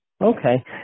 Okay